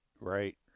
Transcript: Right